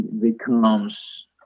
Becomes